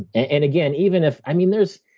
and again, even if i mean there's